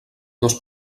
dos